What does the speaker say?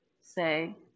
say